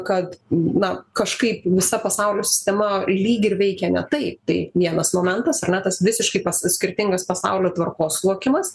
kad na kažkaip visa pasaulio sistema lyg ir veikia ne taip tai vienas momentas ar ne tas visiškai tas skirtingas pasaulio tvarkos suvokimas